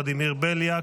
ולדימיר בליאק,